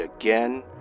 again